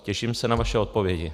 Těším se na vaše odpovědi.